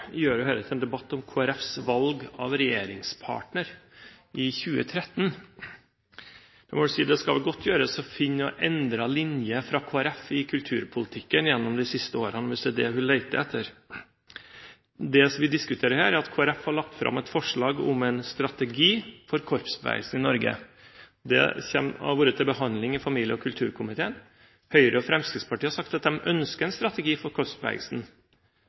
gjør jo dette til en debatt om Kristelig Folkepartis valg av regjeringspartner i 2013. Jeg vil si at det skal godt gjøres å finne en endret linje fra Kristelig Folkeparti i kulturpolitikken de siste årene, hvis det er det hun leter etter. Det som vi diskuterer her, er at Kristelig Folkeparti har lagt fram et forslag om en strategi for korpsbevegelsen i Norge. Det har vært til behandling i familie- og kulturkomiteen. Høyre og Fremskrittspartiet har sagt at de ønsker en strategi for